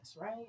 right